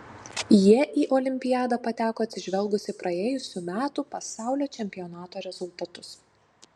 jie į olimpiadą pateko atsižvelgus į praėjusių metų pasaulio čempionato rezultatus